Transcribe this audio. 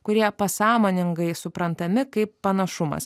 kurie pasąmoningai suprantami kaip panašumas